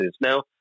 Now